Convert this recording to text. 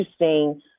interesting